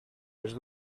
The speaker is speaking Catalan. les